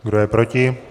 Kdo je proti?